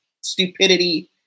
stupidity